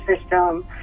system